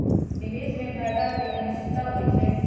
निवेश में फायदा के अनिश्चितता होइ छइ